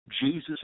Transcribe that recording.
Jesus